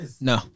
No